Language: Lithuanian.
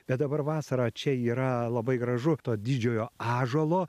bet dabar vasarą čia yra labai gražu to didžiojo ąžuolo